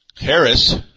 Harris